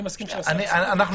אני מסכים שיעשו -- אני מציע,